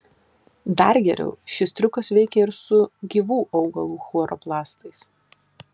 dar geriau šis triukas veikia ir su gyvų augalų chloroplastais